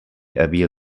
havia